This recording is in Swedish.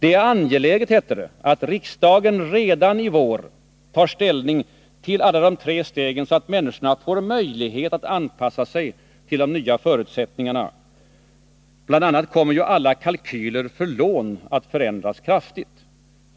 Det är angeläget, hette det, ”att riksdagen redan i vår tar ställning till alla de tre stegen, så att människorna får möjlighet att anpassa sig till de nya förutsättningarna. Bl. a. kommer ju alla kalkyler för lån att förändras kraftigt.